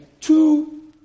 two